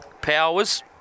Powers